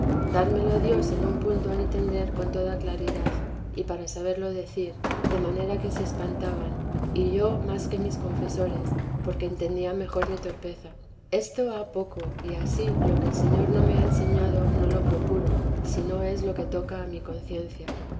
dármelo dios en un punto a entender con toda claridad y para saberlo decir de manera que se espantaban y yo más que mis confesores porque entendía mejor mi torpeza esto ha poco y ansí lo que el señor no me ha enseñado no lo procuro si no es lo que toca a mi conciencia